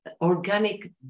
organic